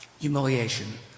humiliation